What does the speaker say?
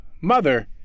mother